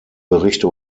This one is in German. berichte